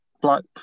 black